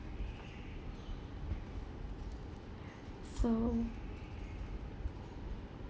so